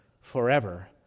forever